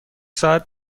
ساعت